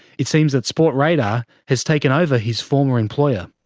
it seems that sportradar but has taken over his former employer.